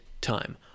time